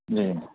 जी